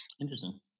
Interesting